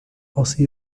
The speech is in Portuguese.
você